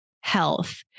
health